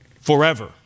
forever